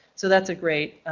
so that's a great,